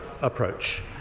approach